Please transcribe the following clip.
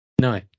no